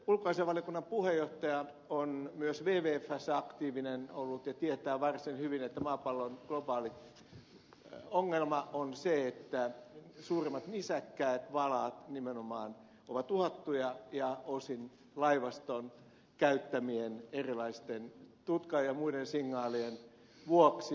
ulkoasiainvaliokunnan puheenjohtaja on myös ollut wwfssä aktiivinen ja tietää varsin hyvin että maapallon globaali ongelma on se että suurimmat nisäkkäät nimenomaan valaat ovat uhattuja ja osin laivaston käyttämien erilaisten tutka ja muiden signaalien vuoksi